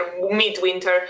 mid-winter